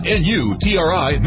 n-u-t-r-i